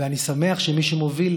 ואני שמח שמי שמובילה